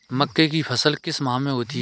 मक्के की फसल किस माह में होती है?